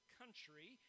country